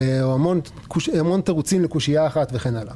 או המון תרוצים לקושייה אחת וכן הלאה.